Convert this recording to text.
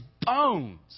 bones